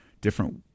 different